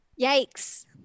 Yikes